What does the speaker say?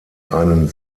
einen